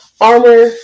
armor